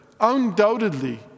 undoubtedly